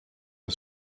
der